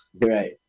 Right